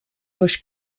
bush